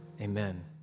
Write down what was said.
Amen